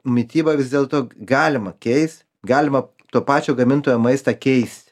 mitybą vis dėlto g galima keist galima to pačio gamintojo maistą keist